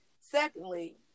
Secondly